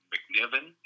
McNiven